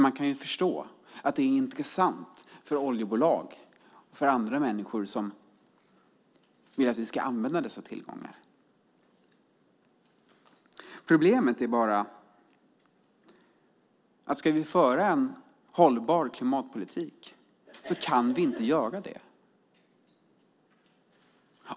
Man kan ju förstå att detta är intressant för oljebolag och för andra människor som vill att vi ska använda dessa tillgångar. Problemet är bara att om vi vill föra en hållbar klimatpolitik kan vi inte göra det.